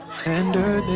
tender